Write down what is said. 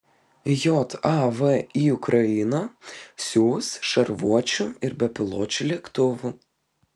jav į ukrainą siųs šarvuočių ir bepiločių lėktuvų